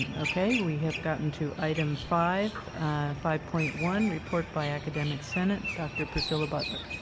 and okay. we have gotten to item five five point one, report by academic senate, doctor priscilla butler.